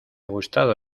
gustado